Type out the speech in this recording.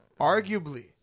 Arguably